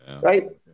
Right